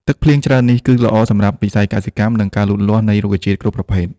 ទឹកភ្លៀងច្រើននេះគឺល្អសម្រាប់វិស័យកសិកម្ម និងការលូតលាស់នៃរុក្ខជាតិគ្រប់ប្រភេទ។